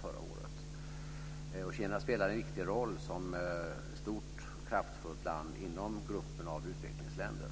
förra året. Kina spelar en viktig roll som stort och kraftfullt land inom gruppen av utvecklingsländer.